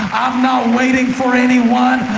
not waiting for anyone.